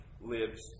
lives